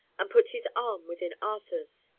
and put his arm within arthur's.